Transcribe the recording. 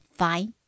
fine